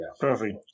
perfect